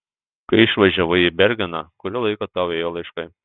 kai išvažiavai į bergeną kurį laiką tau ėjo laiškai